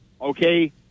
okay